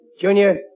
Junior